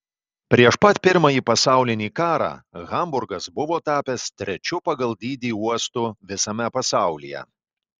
prieš pat pirmąjį pasaulinį karą hamburgas buvo tapęs trečiu pagal dydį uostu visame pasaulyje